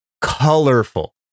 colorful